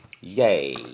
Yay